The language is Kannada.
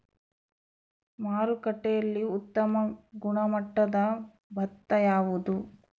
ಮಾರುಕಟ್ಟೆಯಲ್ಲಿ ಉತ್ತಮ ಗುಣಮಟ್ಟದ ಭತ್ತ ಯಾವುದು?